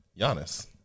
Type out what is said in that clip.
Giannis